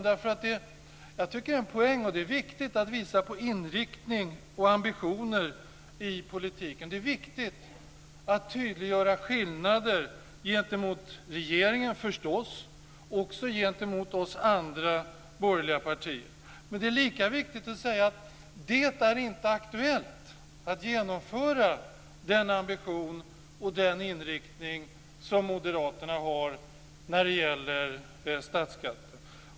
Det är viktigt att visa på inriktning och ambitioner i politiken. Det är viktigt att tydliggöra skillnader gentemot regeringen och gentemot oss andra borgerliga partier. Men det är lika viktigt att säga att det inte är aktuellt att genomföra den ambition och den inriktning som moderaterna har när det gäller statsskatten.